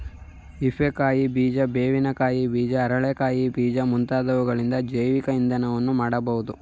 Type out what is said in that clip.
ಹಿಪ್ಪೆ ಕಾಯಿ ಬೀಜ, ಬೇವಿನ ಕಾಯಿ ಬೀಜ, ಅರಳೆ ಕಾಯಿ ಬೀಜ ಮುಂತಾದವುಗಳಿಂದ ಜೈವಿಕ ಇಂಧನವನ್ನು ಮಾಡಬೋದು